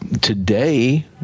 today